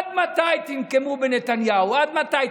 עד מתי תנקמו בנתניהו, עד מתי?